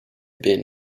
bin